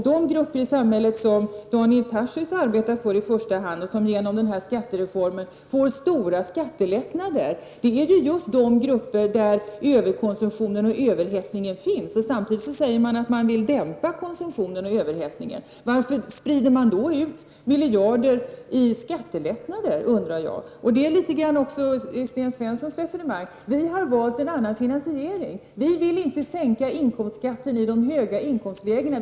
De grupper i samhället som Daniel Tarschys arbetar för i första hand och som genom skattereformen får stora skattelättnader är de grupper där överkonsumtion och överhettning finns. Samtidigt säger man att man vill dämpa konsumtionen och överhettningen. Sprider man då ut miljarder i skattelättnader? undrar jag. Sten Svensson har litet av samma resonemang. Vi har valt en annan finansiering. Vi vill inte sänka inkomstskatten i de höga inkomstlägena.